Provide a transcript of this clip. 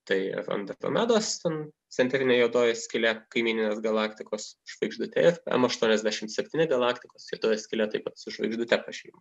tai ar andromedos centrinė juodoji skylė kaimyninės galaktikos žvaigždutė em aštuoniasdešimt septyni galaktikos juodoji skylė taip pat su žvaigždute pažymim